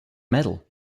medal